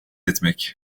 etmek